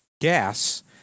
gas